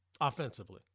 offensively